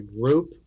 group